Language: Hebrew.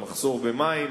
המחסור במים